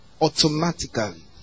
Automatically